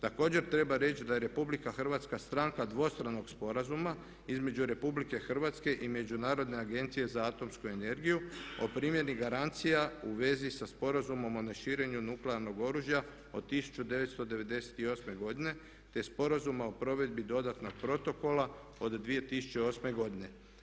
Također treba reći da je RH stranka dvostranog sporazuma između RH i Međunarodne agencije za atomsku energiju o primjeni garancija u vezi sa sporazumom o neširenju nuklearnog oružja od 1998. godine te sporazuma o provedbi dodatnog protokola od 2008.godine.